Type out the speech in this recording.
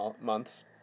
months